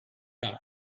guy